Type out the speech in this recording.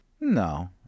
No